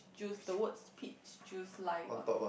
juice the words peach juice lie on